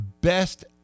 best